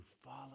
follow